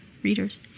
Readers